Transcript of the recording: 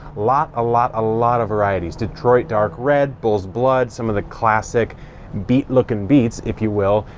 lot, a lot, a lot of varieties. detroit dark red, bull's blood, some of the classic beet lookin' beets, if you will.